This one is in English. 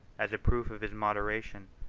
as a proof of his moderation,